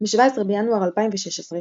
ברנע צומצמה לשעתיים בלבד.